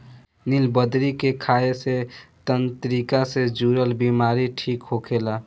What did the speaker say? निलबदरी के खाए से तंत्रिका से जुड़ल बीमारी ठीक होखेला